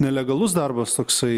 nelegalus darbas toksai